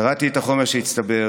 קראתי את החומר שהצטבר,